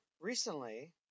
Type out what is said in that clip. recently